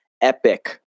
epic